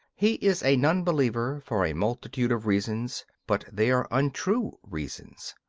he is a non-believer for a multitude of reasons but they are untrue reasons.